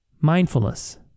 Mindfulness